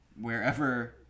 wherever